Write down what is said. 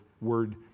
word